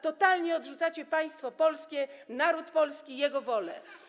Totalnie odrzucacie państwo polskie, naród polski i jego wolę.